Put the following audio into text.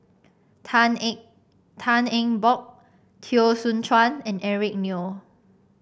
Tan Eng Tan Eng Bock Teo Soon Chuan and Eric Neo